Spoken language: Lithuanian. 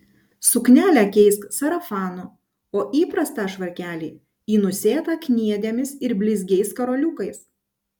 suknelę keisk sarafanu o įprastą švarkelį į nusėtą kniedėmis ir blizgiais karoliukais